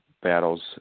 battles